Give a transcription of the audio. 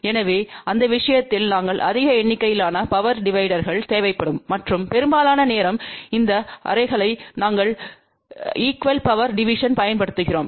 எனவே அந்த விஷயத்தில் நாங்கள் அதிக எண்ணிக்கையிலான பவர் டிவைடர்கள் தேவைப்படும் மற்றும் பெரும்பாலான நேரம் இந்த அரேகளை நாங்கள் ஈகுவள் பவர் டிவிஷன் பயன்படுத்துகிறோம்